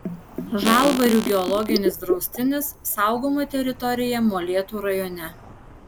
žalvarių geologinis draustinis saugoma teritorija molėtų rajone